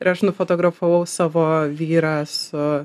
ir aš nufotografavau savo vyrą su